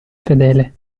fedele